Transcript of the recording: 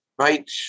Right